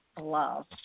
love